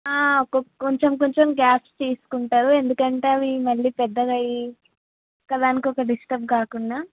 ఒక కొంచెం కొంచెం గ్యాప్స్ తీసుకుంటారు ఎందుకంటే అవి మళ్ళీ పెద్దగా అయి ఒకదానికొకటి డిస్టర్బ్ కాకుండా